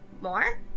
more